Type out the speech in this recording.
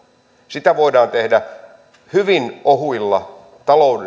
sitä voidaan tehdä hyvin ohuilla taloudellisilla